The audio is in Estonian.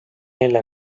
neile